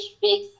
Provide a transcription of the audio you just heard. big